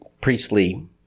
priestly